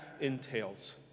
entails